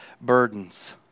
burdens